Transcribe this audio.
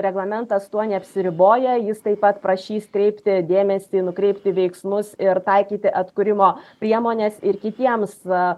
reglamentas tuo neapsiriboja jis taip pat prašys kreipti dėmesį nukreipti veiksmus ir taikyti atkūrimo priemones ir kitiems va